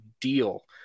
deal